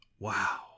Wow